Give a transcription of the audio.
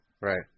Right